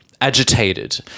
Agitated